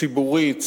ציבורית,